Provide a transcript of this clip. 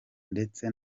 ndetse